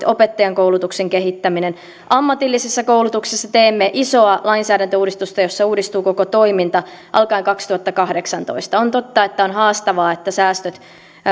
opettajankoulutuksen kehittäminen ammatillisessa koulutuksessa teemme isoa lainsäädäntöuudistusta jossa uudistuu koko toiminta alkaen kaksituhattakahdeksantoista on totta että on haastavaa että säästöt